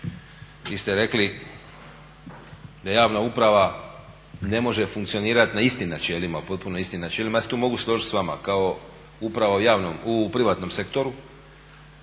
Vi ste rekli da javna uprava ne može funkcionirati na istim načelima, potpuno istim načelima. Ja se tu mogu složiti s vama kao uprava u privatnom sektoru